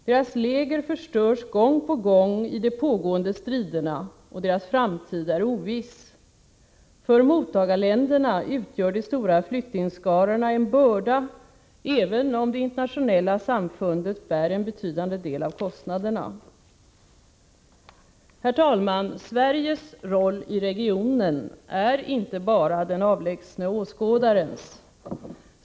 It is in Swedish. Deras läger förstörs gång på gång i de pågående striderna och deras framtid är oviss. För mottagarländerna utgör de stora flyktingskarorna en börda även om det internationella samfundet bär en betydande del av kostnaderna. Herr talman! Sveriges roll i regionen är inte bara den avlägsne åskådarens.